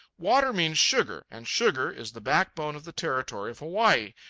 water means sugar, and sugar is the backbone of the territory of hawaii,